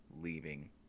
leaving